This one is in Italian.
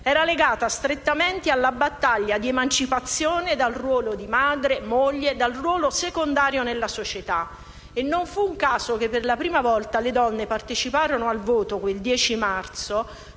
era legata strettamente alla battaglia di emancipazione dal ruolo di madre e moglie, da un ruolo secondario nella società. Non fu un caso che per la prima volta le donne parteciparono al voto, quel 10 marzo,